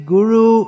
Guru